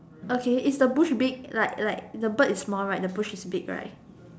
okay is the bush big like like the bird is small right the bush is big right